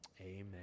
amen